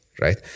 right